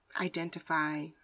identify